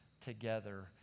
together